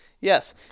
yes